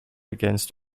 against